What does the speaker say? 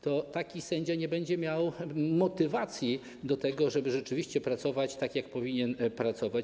Taki sędzia nie będzie miał motywacji do tego, żeby rzeczywiście pracować tak, jak powinien pracować.